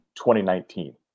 2019